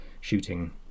shooting